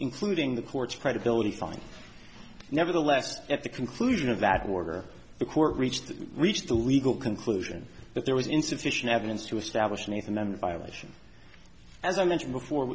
including the court's credibility fine nevertheless at the conclusion of that order the court reached reached the legal conclusion that there was insufficient evidence to establish anything then the violation as i mentioned before